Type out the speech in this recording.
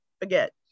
forget